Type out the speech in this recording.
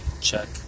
check